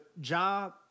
job